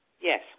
Yes